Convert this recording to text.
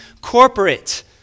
corporate